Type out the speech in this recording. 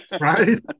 Right